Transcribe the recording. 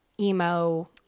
emo